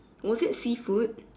was it seafood